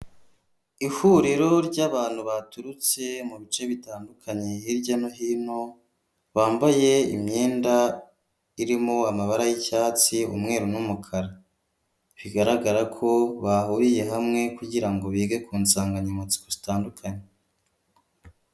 Ihuriro ry'abantu baturutse mu bice bitandukanye hirya no hino bambaye imyenda irimo amabara y'icyatsi, umweru, n'umukara bigaragara ko bahuriye hamwe kugira ngo bige ku nsanganyamatsiko zitandukanye.